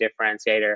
differentiator